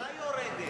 אבל האגרה יורדת.